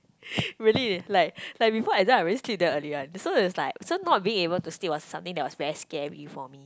really like like before exam I really sleep damn early [one] so not being able to sleep was something that was very scary for me